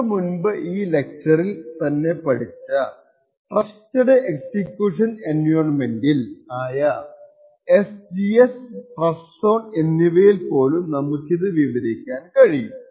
നമ്മൾ മുൻപ് ഈ ലെക്ച്ചറിൽ തന്നെ പഠിച്ച ട്രസ്റ്റഡ് എക്സിക്യൂഷൻ എൻവിയോണ്മെന്റ്സ് ആയ SGX Trustzone എന്നിവയിൽ പോലും നമുക്കിത് വിവരിക്കാൻ കഴിയും